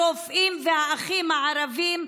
הרופאים והאחים הערבים,